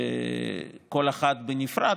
כל אחת בנפרד,